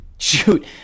Shoot